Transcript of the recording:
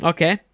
Okay